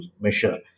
measure